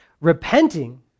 Repenting